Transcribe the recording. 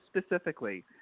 specifically